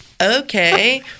Okay